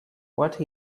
what